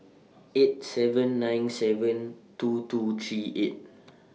eight seven nine seven two two three eight